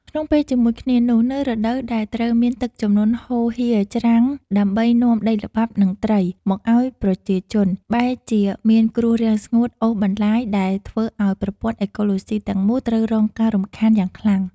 ក្នុងពេលជាមួយគ្នានោះ នៅរដូវដែលត្រូវមានទឹកជំនន់ហូរហៀរច្រាំងដើម្បីនាំដីល្បាប់ និងត្រីមកឱ្យប្រជាជន បែរជាមានគ្រោះរាំងស្ងួតអូសបន្លាយ ដែលធ្វើឱ្យប្រព័ន្ធអេកូឡូស៊ីទាំងមូលត្រូវរងការរំខានយ៉ាងខ្លាំង។